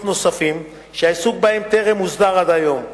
נוספים שהעיסוק בהם טרם הוסדר עד היום,